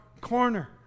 corner